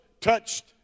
touched